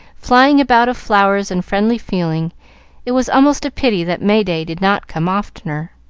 flying about of flowers and friendly feeling it was almost a pity that may-day did not come oftener.